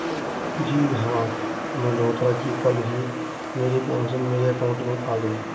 जी हां मल्होत्रा जी कल ही मेरे पेंशन मेरे अकाउंट में आ गए